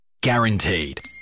guaranteed